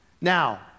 Now